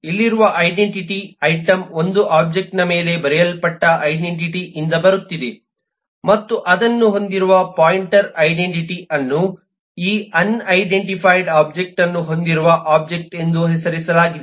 ಇಲ್ಲಿರುವ identity item 1 ಒಬ್ಜೆಕ್ಟ್ನ ಮೇಲೆ ಬರೆಯಲ್ಪಟ್ಟ ಐಡೆಂಟಿಟಿ ಇಂದ ಬರುತ್ತಿದೆ ಮತ್ತು ಇದನ್ನು ಹೊಂದಿರುವ ಪಾಯಿಂಟರ್ನ ಐಡೆಂಟಿಟಿ ಅನ್ನು ಈ ಅನ್ಐಡೆಂಟಿಫೈಡ್ ಒಬ್ಜೆಕ್ಟ್ ಅನ್ನು ಹೊಂದಿರುವ ಒಬ್ಜೆಕ್ಟ್ ಎಂದು ಹೆಸರಿಸಲಾಗಿದೆ